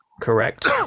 Correct